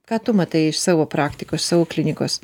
ką tu matai iš savo praktikos klinikos